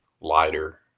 lighter